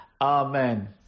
Amen